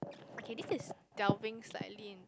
okay this is delving slightly in